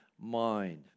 mind